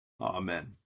Amen